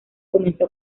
comenzó